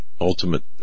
ultimate